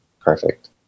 Perfect